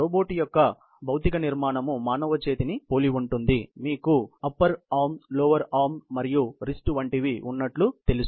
robot యొక్క భౌతిక నిర్మాణం మానవ చేతిని పోలి ఉంటుంది మీకు చేయి యొక్క దిగువ భాగం చేయి పైభాగం రిస్ట్ వంటివి ఉన్నట్లు మీకు తెలుసు